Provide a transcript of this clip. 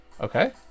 Okay